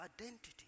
identity